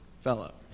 fellow